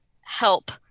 help